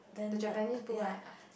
the Japanese book right